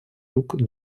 рук